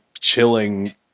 chilling